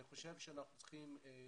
אני חושב שאנחנו צריכים לטפל עניין הזה.